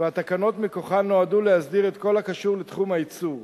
והתקנות מכוחן נועדו להסדיר את כל הקשור לתחום הייצור,